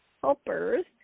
helpers